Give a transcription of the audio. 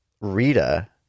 Rita